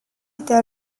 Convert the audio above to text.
était